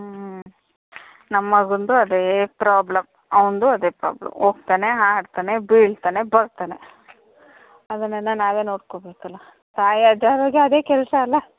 ಹ್ಞೂ ನಮ್ಮ ಮಗಂದೂ ಅದೇ ಪ್ರಾಬ್ಲಮ್ ಅವ್ನದ್ದೂ ಅದೇ ಪ್ರಾಬ್ಲಮ್ ಹೋಗ್ತಾನೆ ಆಡ್ತಾನೆ ಬೀಳ್ತಾನೆ ಬರ್ತಾನೆ ಅದನ್ನೆಲ್ಲ ನಾವೇ ನೋಡ್ಕೋಬೇಕಲ್ಲ ತಾಯಿ ಆದವ್ರಿಗೆ ಅದೇ ಕೆಲಸ ಅಲ್ವ